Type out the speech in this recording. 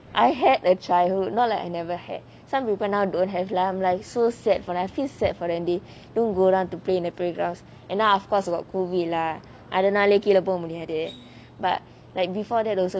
I had a childhood not like I never had some people now don't have lah like so sad for them I feel sad for them they don't go down to play in a playground and of course got COVID lah அதுனால கீழ போ முடியாது:athunaala keezha po mudiyaathu but like before that also